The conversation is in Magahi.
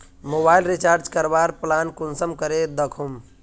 मोबाईल रिचार्ज करवार प्लान कुंसम करे दखुम?